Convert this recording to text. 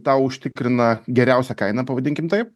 tau užtikrina geriausią kainą pavadinkim taip